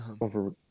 over